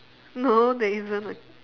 no there isn't a